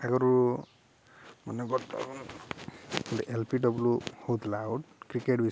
ଆଗରୁ ମାନେ ବର୍ତ୍ତମାନ ଏଲ୍ ପି ଡବ୍ଲୁ ହେଉଥିଲା ଆଉଟ କ୍ରିକେଟ ବିଷୟରେ